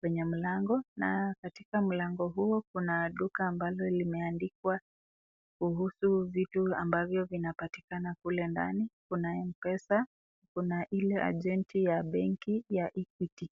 kwenye mlango nayo katika mlango huo kuna duka ambazo zimeandikwa kuhusu vitu ambavyo vinapatikana kule ndani kuna mpesa kuna ile ajenti ya benki ya equity.